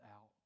out